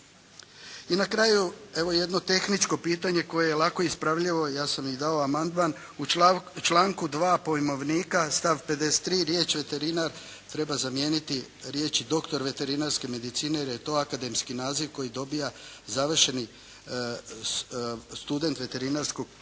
I na kraju evo jedno tehničko pitanje koje je lako ispravljivo, ja sam i dao amandman. U članku 2. pojmovnika, stav 53. riječ «vetarinar» treba zamijeniti riječi «doktor veterinarske medicine» jer je to akademski naziv koji dobiva završeni student Veterinarskog fakulteta